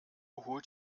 holt